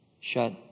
shut